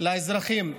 של האזרחים.